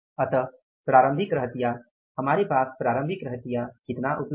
अतः प्रारंभिक रहतिया हमारे पास प्रारंभिक रहतिया कितना उपलब्ध है